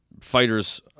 fighters